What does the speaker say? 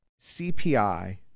CPI